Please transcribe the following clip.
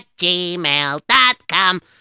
gmail.com